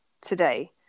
today